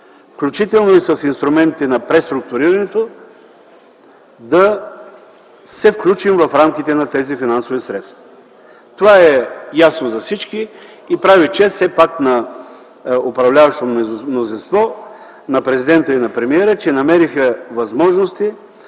включително с инструментите на преструктурирането, да се включим в рамките на тези финансови средства. Това е ясно за всички. Прави чест на управляващото мнозинство, на президента и на премиера, че намериха възможности